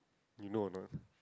you know or not